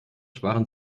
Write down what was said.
sparen